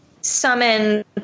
summon